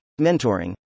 Mentoring